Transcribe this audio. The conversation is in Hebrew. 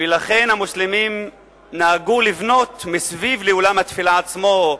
ולכן המוסלמים נהגו לבנות מסביב לאתר התפילה עצמו,